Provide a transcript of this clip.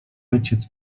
ojciec